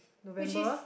which is